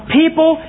people